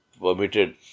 permitted